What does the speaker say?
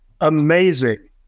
Amazing